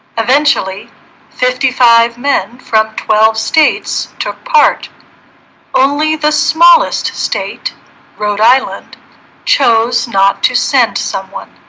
eventually fifty five men from twelve states took part only the smallest state rhode island chose not to send someone